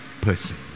person